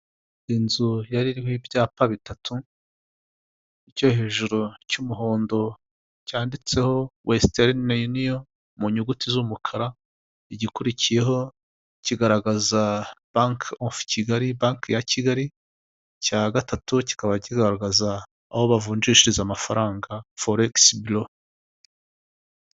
Inzu yari iriho ibyapa bitatu cyo hejuru cy'umuhondo cyanditseho western union mu nyuguti z'umukara igikurikiyeho kigaragaza Banki of Kigali, Bank ya Kigali, icya gatatu kikaba kigaragaza aho bavunjishiriza amafaranga Forex Bireau.